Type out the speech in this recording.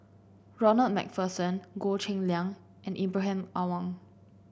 Ronald MacPherson Goh Cheng Liang and Ibrahim Awang